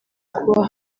kuba